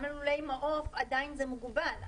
גם ללולי מעוף עדיין זה מוגבל.